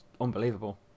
unbelievable